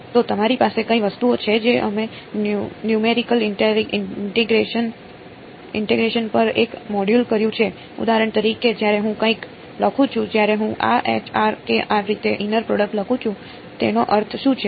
તો તમારી પાસે કઈ વસ્તુઓ છે જે અમે નયુમેરિકલ ઇન્ટેગ્રેશન પર એક મોડ્યુલ કર્યું છે ઉદાહરણ તરીકે જ્યારે હું કંઈક લખું છું જ્યારે હું આ રીતે ઈનર પ્રોડક્ટ લખું છું તેનો અર્થ શું છે